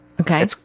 Okay